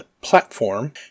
Platform